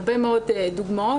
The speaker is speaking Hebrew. הרבה מאוד דוגמאות.